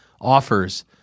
offers